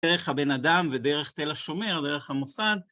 דרך הבן אדם ודרך תל השומר, דרך המוסד.